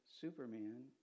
Superman